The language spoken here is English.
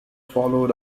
followed